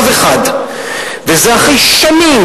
וזה אחרי שנים,